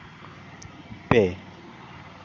ᱯᱮ